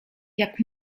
jak